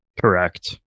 Correct